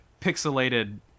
pixelated